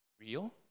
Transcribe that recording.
real